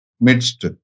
midst